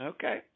Okay